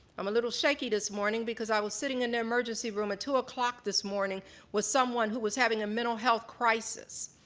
i'm a little shaky this morning because i was sitting in the emergency room at two ah zero this morning with someone who was having a mental health crisis.